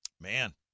Man